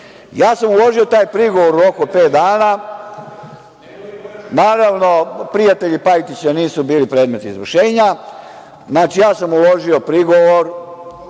sam taj prigovor u roku od pet dana. Naravno, prijatelji Pajtića nisu bili predmet izvršenja. Znači, ja sam uložio prigovor